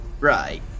Right